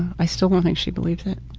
i still don't think she believed it